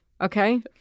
Okay